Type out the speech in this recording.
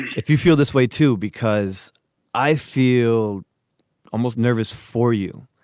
if you feel this way, too, because i feel almost nervous for you.